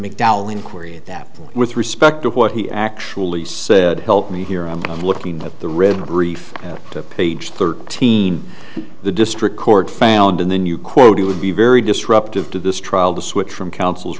mcdowell inquiry and that with respect to what he actually said help me here i'm looking at the riddle brief to page thirteen the district court found and then you quote it would be very disruptive to this trial the switch from counsel's